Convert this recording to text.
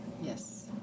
yes